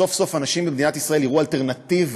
סוף-סוף אנשים במדינת ישראל יראו אלטרנטיבה